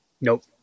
Nope